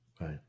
Right